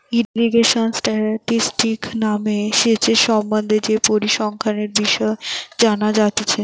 irrigation statistics মানে সেচের সম্বন্ধে যে পরিসংখ্যানের বিষয় জানা যাতিছে